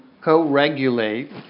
co-regulate